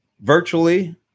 virtually